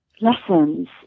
lessons